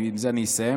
ועם זה אני אסיים,